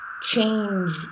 change